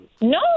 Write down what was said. no